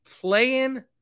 playing